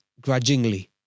grudgingly